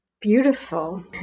Beautiful